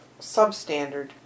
substandard